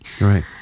right